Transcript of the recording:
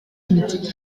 limitées